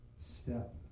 step